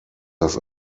das